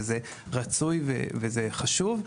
וזה רצוי וחשוב,